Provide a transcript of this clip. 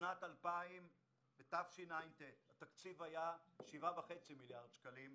בשנת תשע"ט התקציב היה 7.5 מיליארד שקלים.